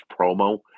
promo